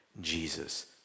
Jesus